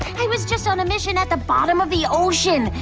i was just on a mission at the bottom of the ocean.